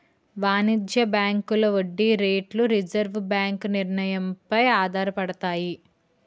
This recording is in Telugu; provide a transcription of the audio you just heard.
వాణిజ్య బ్యాంకుల వడ్డీ రేట్లు రిజర్వు బ్యాంకు నిర్ణయం పై ఆధారపడతాయి